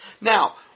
Now